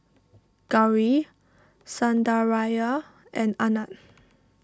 Gauri Sundaraiah and Anand